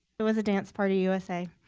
it was a dance party usa.